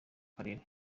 karere